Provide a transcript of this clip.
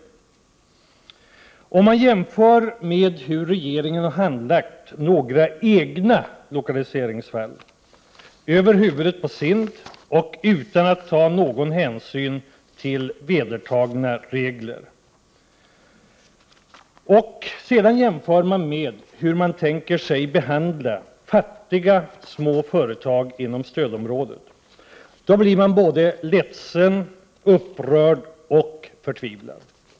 Om man jämför hur regeringen har handlagt några egna lokaliseringsfall över huvudet på SIND utan att ta någon hänsyn till vedertagna regler och hur man tänker behandla fattiga små företag inom stödområdet — då blir man både ledsen, upprörd och förtvivlad.